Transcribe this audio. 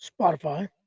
spotify